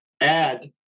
add